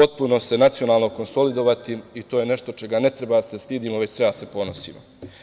potpuno nacionalno konsolidovati i to je nešto čega ne treba da se stidimo, već treba da se ponosimo.